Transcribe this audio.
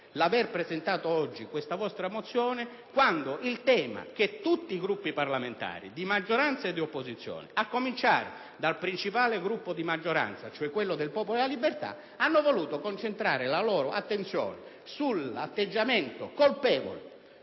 aver presentato oggi questa vostra mozione, quando tutti i Gruppi parlamentari, sia di maggioranza che di opposizione, a cominciare dal principale Gruppo di maggioranza (il Popolo della Libertà), hanno voluto concentrare la loro attenzione sull'atteggiamento colpevole